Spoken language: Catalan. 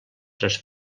tres